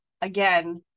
again